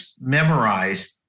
memorized